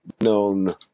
known –